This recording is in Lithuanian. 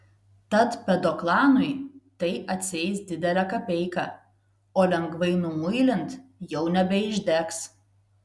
tad pedoklanui tai atsieis didelę kapeiką o lengvai numuilint jau nebeišdegs